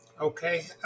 Okay